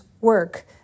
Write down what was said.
work